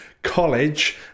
college